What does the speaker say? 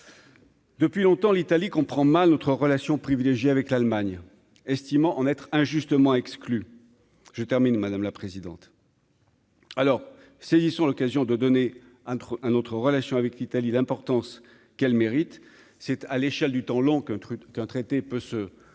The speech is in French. Depuis longtemps, l'Italie, comprend mal notre relation privilégiée avec l'Allemagne, estimant en être injustement exclu, je termine, madame la présidente. Alors saisissons l'occasion de donner un un autre relation avec l'Italie, l'importance qu'elle mérite, c'est à l'échelle du temps long qu'un truc, un traité peut se se juger